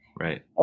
Right